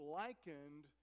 likened